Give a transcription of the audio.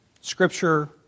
Scripture